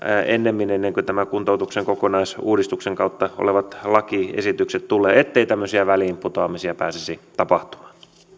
ennemmin ennen kuin tämän kuntoutuksen kokonaisuudistuksen kautta olevat lakiesitykset tulevat ettei tämmöisiä väliinputoamisia pääsisi tapahtumaan